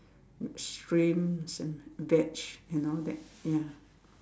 shrimps and veg and all that ya